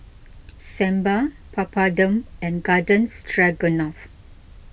Sambar Papadum and Garden Stroganoff